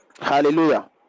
Hallelujah